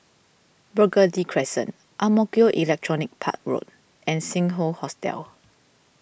Burgundy Crescent Ang Mo Kio Electronics Park Road and Sing Hoe Hotel